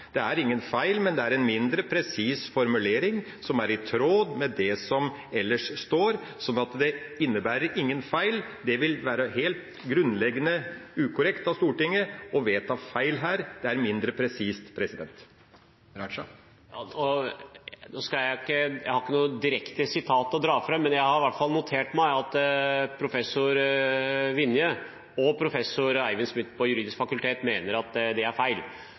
det vesentlig å få avklart dette. Det er ingen feil, men det er en mindre presis formulering som er i tråd med det som ellers står. Så det innebærer ingen feil – det vil være helt grunnleggende ukorrekt av Stortinget å vedta feil her – men det er mindre presist. Jeg har ikke noe direkte sitat å dra fram, men jeg har i hvert fall notert meg at professor Vinje og professor Eivind Smith ved Det juridiske fakultet mener at det er feil.